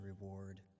reward